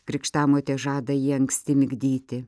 krikštamotė žada jį anksti migdyti